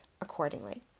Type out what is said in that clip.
accordingly